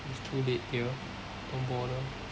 it's too late dear don't bother